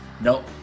Nope